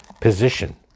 position